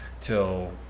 till